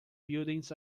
buildings